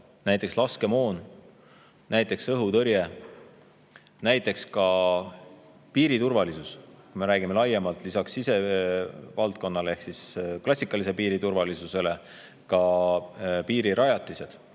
näiteks laskemoon, näiteks õhutõrje, näiteks ka piiri turvalisus, kui me räägime laiemalt – lisaks sisevaldkonnale ehk klassikalisele piiri turvalisusele ka piirirajatised,